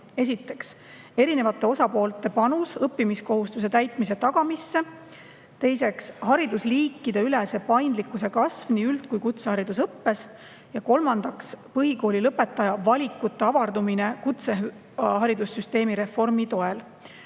Esiteks, erinevate osapoolte panus õppimiskohustuse täitmise tagamisse. Teiseks, haridusliikideülese paindlikkuse kasv nii üld- kui kutseharidusõppes. Ja kolmandaks, põhikoolilõpetaja valikute avardumine kutseharidussüsteemi reformi toel.